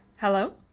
Hello